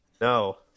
No